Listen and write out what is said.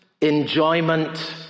enjoyment